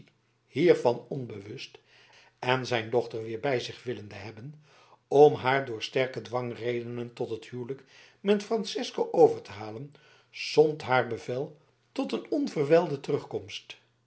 hiervan onbewust en zijn dochter weer bij zich willende hebben om haar door sterkere dwangredenen tot het huwelijk met francesco over te halen zond haar bevel tot een onverwijlde terugkomst